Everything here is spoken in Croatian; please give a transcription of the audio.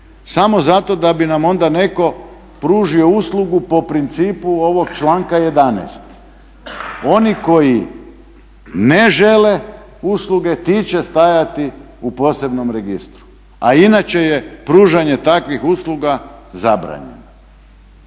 samo zato da bi nam onda netko pružio uslugu po principu ovog članka 11. Oni koji ne žele usluge ti će stajati u posebnom registru, a inače je pružanje takvih usluga zabranjeno.